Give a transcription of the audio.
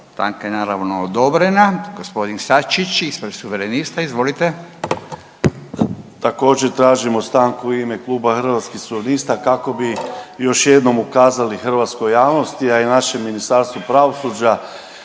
Stanka je naravno odobrena. Gospodin Sačić, ispred suverenista, izvolite. **Sačić, Željko (Hrvatski suverenisti)** Također tražimo stanku u ime Kluba Hrvatskih suverenista kako bi još jednom ukazali hrvatskoj javnosti, a i našem Ministarstvu pravosuđa